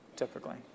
typically